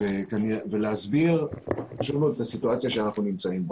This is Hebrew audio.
ולהסביר את הסיטואציה בה אנחנו נמצאים.